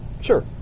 Sure